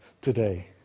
today